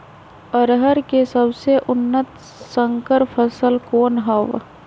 अरहर के सबसे उन्नत संकर फसल कौन हव?